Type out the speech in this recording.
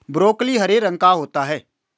broccoli हरे रंग का होता है